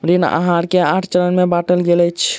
ऋण आहार के आठ चरण में बाटल गेल अछि